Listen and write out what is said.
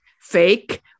fake